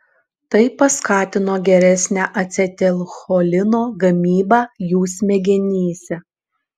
tai paskatino geresnę acetilcholino gamybą jų smegenyse